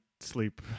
sleep